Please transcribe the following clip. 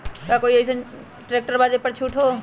का कोइ अईसन ट्रैक्टर बा जे पर छूट हो?